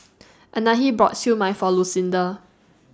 Anahi bought Siew Mai For Lucinda